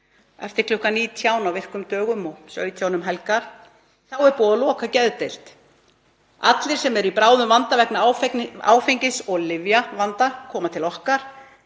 eftir kl. 19 á virkum dögum og 17 um helgar. Þá er búið að loka geðdeild. Allir sem eru í bráðum vanda vegna áfengis- og lyfjavanda koma til okkar,